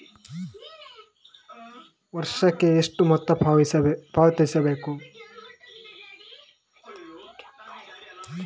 ವರ್ಷಕ್ಕೆ ಎಷ್ಟು ಮೊತ್ತ ಪಾವತಿಸಬೇಕು?